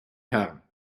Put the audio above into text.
herren